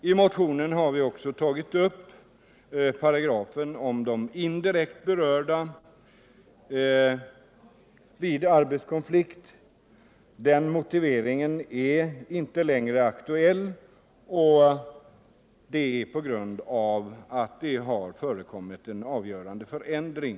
I motionen har vi också tagit upp paragrafen om de indirekt berörda vid arbetskonflikt. Den motiveringen är inte längre aktuell på grund av att det förekommit en avgörande förändring.